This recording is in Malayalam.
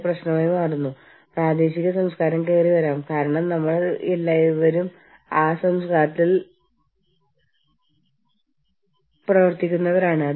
ലോക്കൽ മാനേജർമാർ എല്ലാം കൈകാര്യം ചെയ്യുന്നു എന്നാൽ കാര്യങ്ങളിൽ ഒരു ടാബ് നിലനിർത്താൻ മുതിർന്ന മാനേജ്മെന്റിന് റിപ്പോർട്ട് ചെയ്യുന്നു